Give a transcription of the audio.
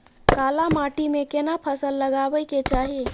काला माटी में केना फसल लगाबै के चाही?